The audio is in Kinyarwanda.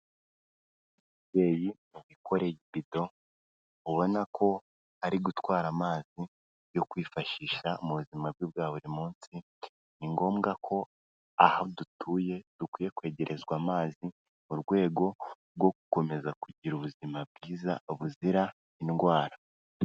Umubyeyi wikoreye ibido ubona ko ari gutwara amazi yo kwifashisha mu buzima bwe bwa buri munsi. Ni ngombwa ko aho dutuye dukwiye kwegerezwa amazi mu rwego rwo gukomeza kugira ubuzima bwiza buzira indwara.